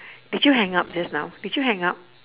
did you hang up just now did you hang up